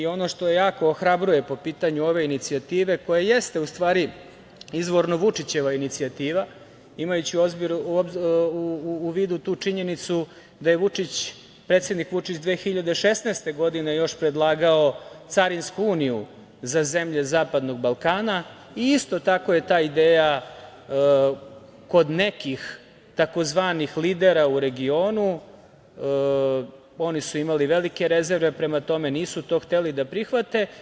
Ono što jako ohrabruje po pitanju ove inicijative, koja jeste u stvari izvorno Vučićeva inicijativa, imajući u vidu tu činjenicu da je Vučić, predsednik Vučić, 2016. godine još predlagao carinsku uniju za zemlje Zapadnog Balkana i isto tako je ta ideja kod nekih tzv. „lidera“ u regionu, oni su imali velike rezerve prema tome, nisu to hteli da prihvate.